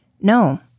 No